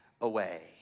away